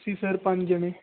ਅਸੀਂ ਸਰ ਪੰਜ ਜਣੇ